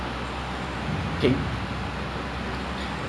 is this allowed